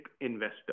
investor